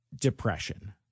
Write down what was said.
depression